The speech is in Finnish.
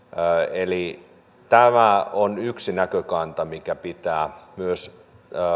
eli tämä on yksi näkökanta mikä pitää myös